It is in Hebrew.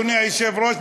אדוני היושב-ראש,